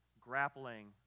grappling